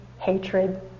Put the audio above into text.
hatred